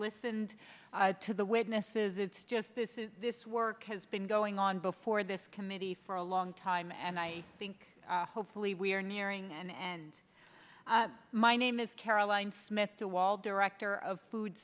listened to the witnesses it's just this is this work has been going on before this committee for a long time and i think hopefully we are nearing an end my name is caroline smith the wall director of food